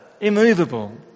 immovable